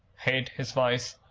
hate his vice,